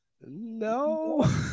No